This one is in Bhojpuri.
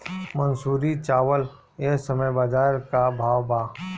मंसूरी चावल एह समय बजार में का भाव बा?